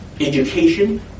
education